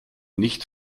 nicht